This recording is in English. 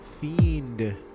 fiend